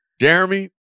Jeremy